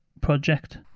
project